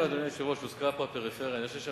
אני חושב שהיושב-ראש כבר אמר, איזה מהם?